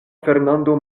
fernando